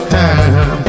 time